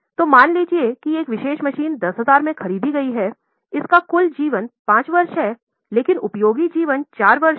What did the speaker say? तो मान लीजिए कि एक विशेष मशीन 10000 मे खरीदी गई है इसका कुल जीवन 5 वर्ष है लेकिन उपयोगी जीवन 4 वर्ष है